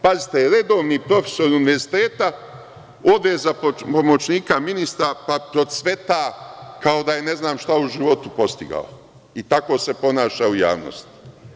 Pazite, redovni profesor univerziteta ode za pomoćnika ministra, pa procveta kao da je ne znam šta u životu postigao, i tako se ponaša u javnosti.